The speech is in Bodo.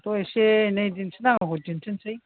थ' एसे एनै दिनथि नांगौखौ दिनथिसै